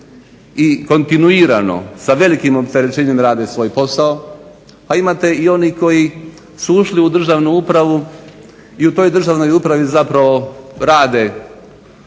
i kontinuirano sa velikim opterećenjem rade svoj posao, a imate i onih koji su ušli u državnu upravu i u toj državnoj upravi zapravo rade